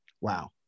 Wow